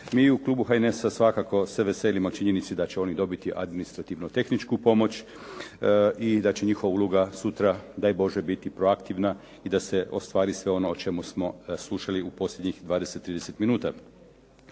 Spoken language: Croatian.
Mi u klubu HNS-a svakako se veselimo činjenici da će oni dobiti administrativno-tehničku pomoć i da će njihova uloga sutra daj Bože biti proaktivna i da se ostvari sve ono o čemu smo slušali u posljednjih 20, 30 minuta.